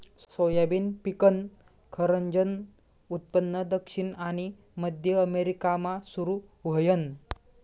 soybean पिकनं खरंजनं उत्पन्न दक्षिण आनी मध्य अमेरिकामा सुरू व्हयनं